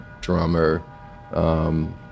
drummer